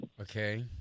okay